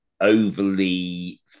overly